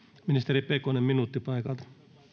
ministeri pekonen minuutti paikalta